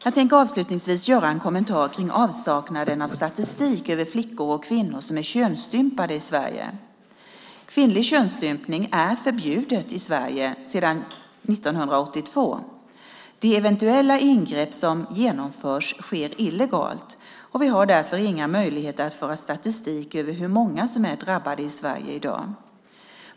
Jag tänkte avslutningsvis göra en kommentar till avsaknaden av statistik över flickor och kvinnor som är könsstympade i Sverige. Kvinnlig könsstympning är förbjudet i Sverige sedan 1982. De eventuella ingrepp som genomförs sker illegalt, och vi har därför inga möjligheter att föra statistik över hur många som är drabbade i Sverige i dag.